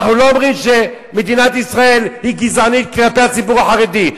אנחנו לא אומרים שמדינת ישראל היא גזענית כלפי הציבור החרדי.